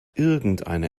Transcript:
irgendeine